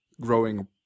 growing